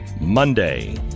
Monday